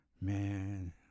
Man